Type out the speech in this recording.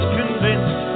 convinced